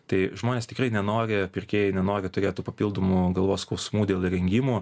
tai žmonės tikrai nenori pirkėjai nenori turėt tų papildomų galvos skausmų dėl įrengimų